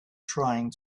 trying